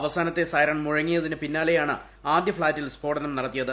അവസാനത്തെ സൈറൺ മുഴങ്ങിയതിന് പിന്നാലെയാണ് ആദ്യ ഫ്ളാറ്റിൽ സ്ഫോടനം നടത്തിയത്